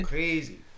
Crazy